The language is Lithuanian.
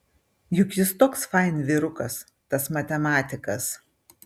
juk jis toks fain vyrukas tas matematikas